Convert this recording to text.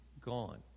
gone